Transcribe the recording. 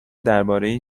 درباره